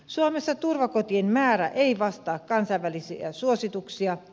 suomessa turvakotien määrä ei vastaa kansainvälisiä suosituksia